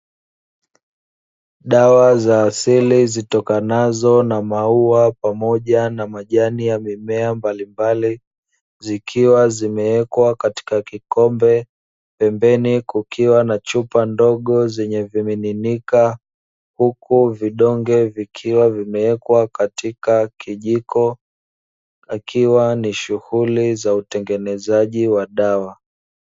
Dawa za asili zitokanazo na maua pamoja na majani ya mimea mbalimbali, zikiwa zimewekwa katika kikombe. Pembeni kukiwa na chupa ndogo zenye vimiminika, huku vidonge vikiwa vimewekwa katika kijiko, ikiwa ni shughuli za utengenezaji wa dawa.